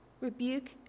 rebuke